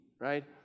right